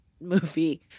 movie